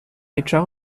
echar